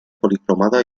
policromada